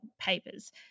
papers